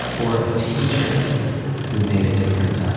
or a teacher who made a difference,